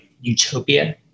utopia